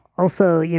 also, you know